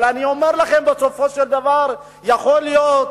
אבל אני אומר לכם: בסופו של דבר יכול להיות